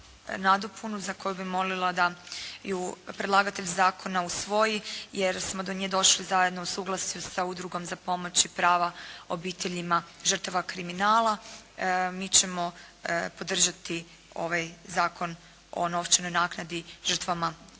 nadopunu za koju bih molila da ju predlagatelj zakona usvoji, jer smo do nje došli zajedno u suglasju sa Udrugom za pomoć i prava obiteljima žrtava kriminala. Mi ćemo podržati ovaj Zakon o novčanoj naknadi žrtvama kaznenih